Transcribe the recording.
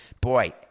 boy